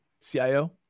CIO